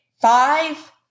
five